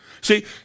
See